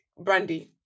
Brandy